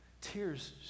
tears